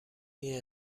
این